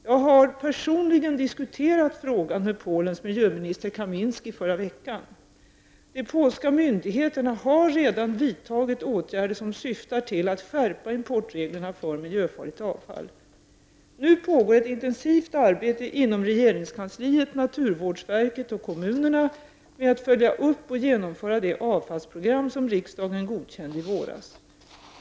Jag har personligen diskuterat frågan med De polska myndigheterna har redan vidtagit åtgärder som syftar till att skärpa importreglerna för miljöfarligt avfall. Nu pågår ett intensivt arbete inom regeringskansliet, naturvårdsverket och kommunerna med att följa upp och genomföra det avfallsprogram som riksdagen godkände i våras.